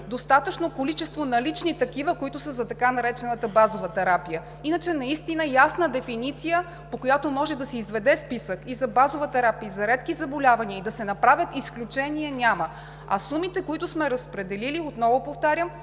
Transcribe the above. достатъчно количество налични такива, които са за така наречената базова терапия. Иначе – ясна дефиниция, по която може да се изведе списък и за базова терапия, и за редки заболявания, и да се направят изключения – няма. А сумите, които сме разпределили, отново повтарям,